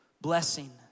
blessing